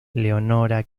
leonora